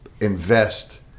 invest